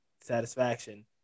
satisfaction